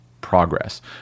progress